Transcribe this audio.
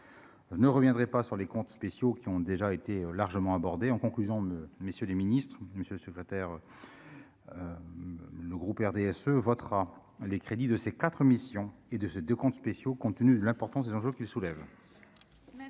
ne reviendrait pas sur les comptes spéciaux qui ont déjà été largement abordé en conclusion de messieurs les Ministres Monsieur secrétaire : le groupe RDSE votera les crédits de ces 4 missions et de ce de comptes spéciaux contenus, l'importance des enjeux qu'il soulève.